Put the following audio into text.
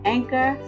Anchor